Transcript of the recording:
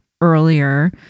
earlier